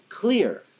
clear